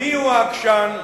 מיהו העקשן?